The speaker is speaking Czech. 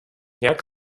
nějak